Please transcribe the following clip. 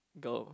girl